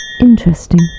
interesting